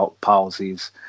policies